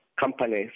companies